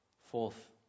Fourth